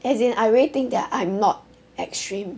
as in I really think that I'm not extreme